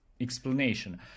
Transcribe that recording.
explanation